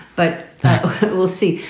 but we'll see.